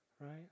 Right